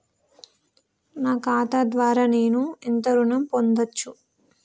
నా ఖాతా ద్వారా నేను ఎంత ఋణం పొందచ్చు?